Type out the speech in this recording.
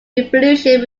revolution